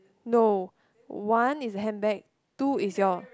no one is a hand bag two is your